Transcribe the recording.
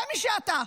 זה מי שאתה.